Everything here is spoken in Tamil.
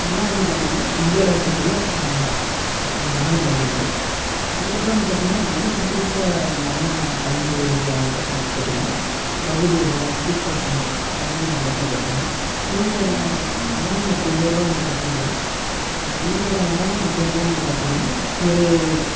இதெல்லாம் வந்து பார்த்தீங்கன்னா இண்டியாவில் இருக்கக்கூடிய நடனவடிவங்கள் அதுக்கப்புறம் வந்து பார்த்தீங்கன்னா எனக்கு பிடிச்ச நடனக்கலைஞர்கள் வந்து யாருன்னு பாத்தீங்க கேட்டீங்கன்னா பிரபுதேவா ரித்திக்ரோஷன் இந்த மாதிரி நிறையா பேரிருக்காங்க இவங்களோட நடனம் அப்படின்றதுலா வந்து பார்த்தீங்கன்னா இவங்களோட நடனம் அப்படின்றதுலா வந்து பாத்தீங்கன்னா ஒரு